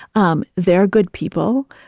um they're good people.